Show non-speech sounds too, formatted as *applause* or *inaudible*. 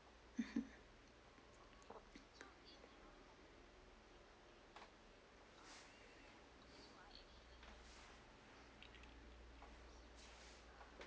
(uh huh) *noise*